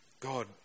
God